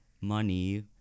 money